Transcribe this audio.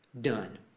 done